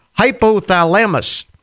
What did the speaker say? hypothalamus